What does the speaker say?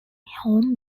home